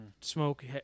smoke